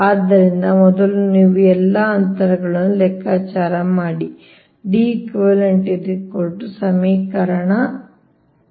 ಆದ್ದರಿಂದ ಮೊದಲು ನೀವು ಎಲ್ಲಾ ಅಂತರಗಳನ್ನು ಲೆಕ್ಕಾಚಾರ ಮಾಡಿ Deq ಸಮೀಕರಣ 71